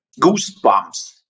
goosebumps